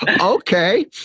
Okay